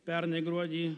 pernai gruodį